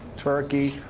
turkey,